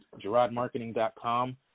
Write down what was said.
GerardMarketing.com